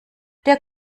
der